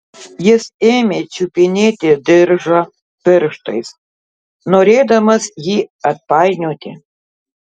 jis ėmė čiupinėti diržą pirštais norėdamas jį atpainioti